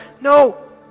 no